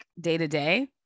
day-to-day